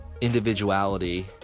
individuality